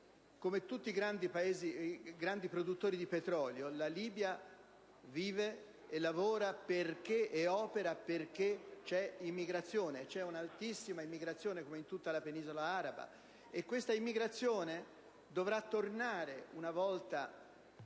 Come tutti i grandi Paesi produttori di petrolio, la Libia vive e lavora perché c'è immigrazione. Vi è una altissima immigrazione come in tutta la penisola araba e questa immigrazione dovrà tornare una volta